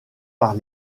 par